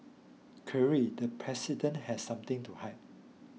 clearly the president has something to hide